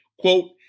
quote